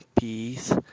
peace